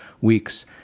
weeks